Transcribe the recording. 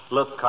Look